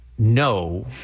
No